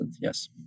yes